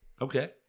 Okay